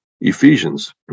ephesians